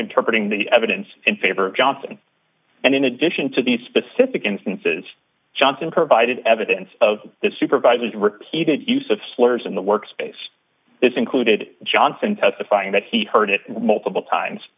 interpreted the evidence in favor of johnson and in addition to the specific instances johnson provided evidence of the supervisors repeated use of slurs in the works case is included johnson testifying that he heard it multiple times